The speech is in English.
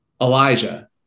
Elijah